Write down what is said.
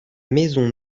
maison